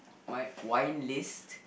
my wine list